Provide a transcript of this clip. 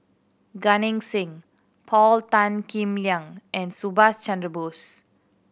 Gan Eng Seng Paul Tan Kim Liang and Subhas Chandra Bose